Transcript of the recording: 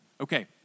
okay